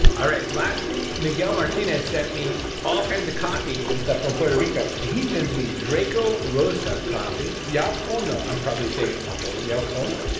all right, lastly, miguel martinez sent me all kinds of coffee and stuff from puerto rico. he sends me draco rosa coffee. yaucono, i'm probably saying it awful. yaucono?